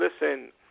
listen